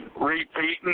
repeating